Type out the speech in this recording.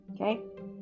okay